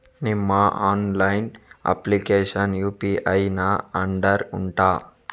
ನಿಮ್ಮ online application UPI ನ under ಉಂಟಾ